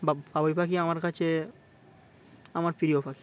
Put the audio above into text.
বা বাবুই পাখি আমার কাছে আমার প্রিয় পাখি